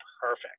perfect